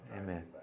amen